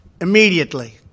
immediately